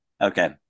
Okay